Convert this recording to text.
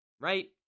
right